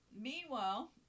Meanwhile